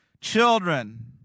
Children